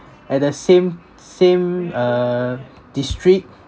at the same same uh district